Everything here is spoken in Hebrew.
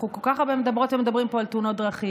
אנחנו כל כך הרבה מדברות ומדברים פה על תאונות דרכים,